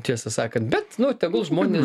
tiesą sakant bet nu tegul žmonės